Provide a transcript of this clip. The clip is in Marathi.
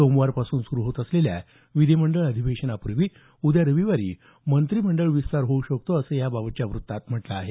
सोमवारपासून सुरू होत आलेल्या विधीमंडळ अधिवेशनापूर्वी उद्या रविवारी मंत्रिमंडळ विस्तार होऊ शकतो असं याबाबतच्या वृत्तात म्हटलं आहे